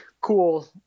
cool